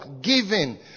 giving